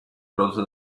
prodotte